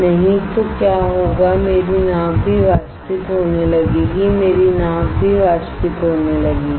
नहीं तो क्या होगा मेरी नाव भी वाष्पित होने लगेगी मेरी नाव भी वाष्पित होने लगेगी